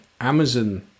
Amazon